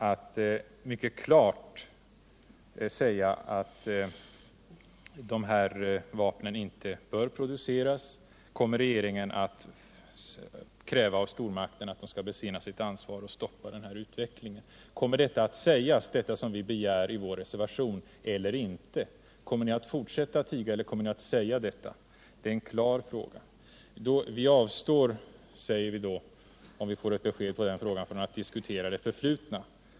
att klart säga att dessa vapen inte bör produceras? Kommer regeringen att kräva av stormakterna att de skall besinna sitt ansvar och stoppa den här utvecklingen? Kommer det som vi begär i vår reservation att sägas eller inte? Kommer ni att fortsätta alt tiga eller kommer ni att säga detta? Det är en klar fråga. Vi avstår, om vi får ett besked på den punkten, från att diskutera det förflutna.